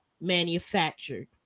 manufactured